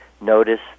notice